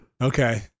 Okay